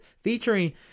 featuring